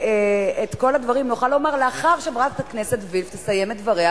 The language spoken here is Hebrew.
ואת כל הדברים נוכל לומר לאחר שחברת הכנסת וילף תסיים את דבריה.